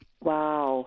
Wow